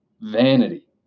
vanity